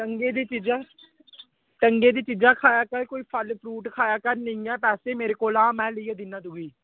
ढंगै दी ढंगै दी चीज़ां खाया कर कोई सैल्ले फ्रूट खाया कर निं ऐं पैसे ते में लेइयै देगा तुगी